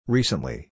Recently